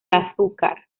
azúcar